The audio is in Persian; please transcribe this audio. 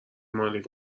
ماله